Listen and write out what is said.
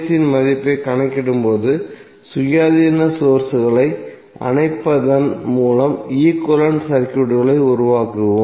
இன் மதிப்பைக் கணக்கிடும்போது சுயாதீன சோர்ஸ்களை அணைப்பதன் மூலம் ஈக்விவலெண்ட் சர்க்யூட்களை உருவாக்குவோம்